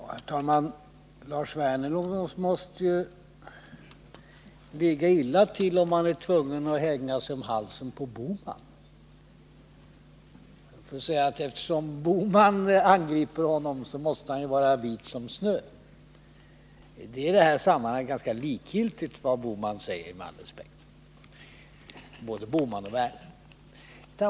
Herr talman! Lars Werner måste ju ligga illa till om han är tvungen att hänga sig om halsen på Gösta Bohman. Och eftersom Gösta Bohman angriper honom så måste han vara vit som snö, anser han. Det är, sagt med all respekt, i detta sammanhang ganska likgiltigt vad Gösta Bohman och Svenska Dagbladet säger.